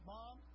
Mom